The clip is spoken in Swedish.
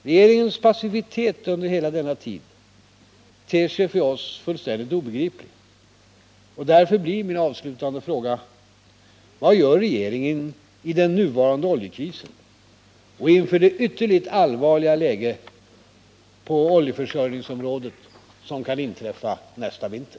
Regeringens passivitet under hela denna tid ter sig för oss fullständigt obegriplig, och därför blir min avslutande fråga: Vad gör regeringen i den nuvarande oljekrisen och inför det ytterligt allvarliga läge på oljeförsörjningsområdet som kan inträffa nästa vinter?